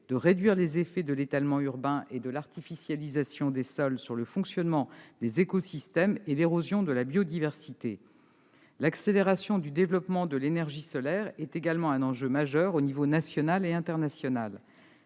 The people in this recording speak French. de réduire les effets de l'étalement urbain et de l'artificialisation des sols sur le fonctionnement des écosystèmes et l'érosion de la biodiversité. L'accélération du développement de l'énergie solaire est également un enjeu majeur aux niveaux national et international.